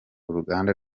uruganda